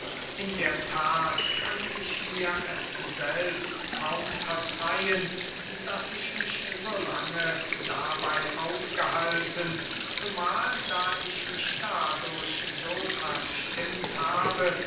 in der that kann ich es mir selbst kaum verzeihen daß ich mich so lange dabey aufgehalten zumahl da ich mich dadurch so verstimmt habe